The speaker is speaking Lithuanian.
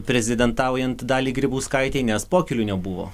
prezidentaujant daliai grybauskaitei nes pokylių nebuvo